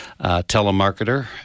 telemarketer